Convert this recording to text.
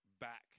back